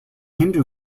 hindu